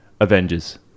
Avengers